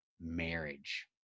marriage